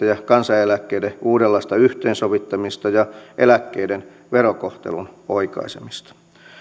ja kansaneläkkeiden uudenlaista yhteensovittamista ja eläkkeiden verokohtelun oikaisemista